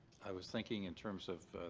i was thinking in terms of